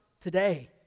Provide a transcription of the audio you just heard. today